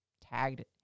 tagged